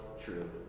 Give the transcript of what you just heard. true